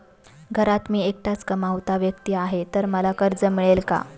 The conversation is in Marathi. घरात मी एकटाच कमावता व्यक्ती आहे तर मला कर्ज मिळेल का?